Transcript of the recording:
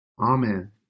Amen